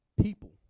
People